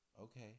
Okay